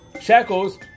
shackles